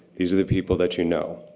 these are the people that you know.